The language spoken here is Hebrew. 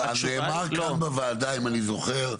נאמר כאן בוועדה אם אני זוכר.